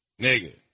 nigga